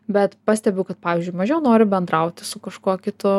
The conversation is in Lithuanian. bet pastebiu kad pavyzdžiui mažiau noriu bendrauti su kažkuo kitu